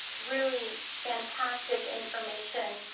really fantastic information.